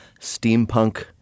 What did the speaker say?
steampunk